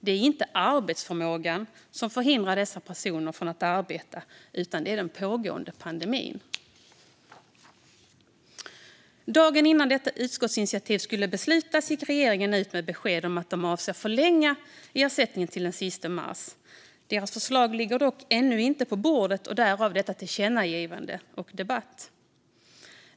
Det är inte arbetsförmågan som förhindrar dessa personer att arbeta, utan det är den pågående pandemin. Dagen innan det skulle beslutas om detta utskottsinitiativ gick regeringen ut med besked om att man avser att förlänga ersättningen till den 31 mars. Regeringens förslag ligger dock ännu inte på bordet - därav detta tillkännagivande och denna debatt.